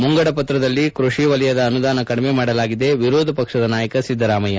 ಮುಂಡಗಪತ್ರದಲ್ಲಿ ಕೃಷಿ ಕ್ಷೇತ್ರದ ಅನುದಾನ ಕಡಿಮೆ ಮಾಡಲಾಗಿದೆ ವಿರೋಧ ಪಕ್ಷದ ನಾಯಕ ಸಿದ್ದರಾಮಯ್ಯ